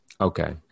Okay